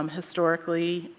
um historically,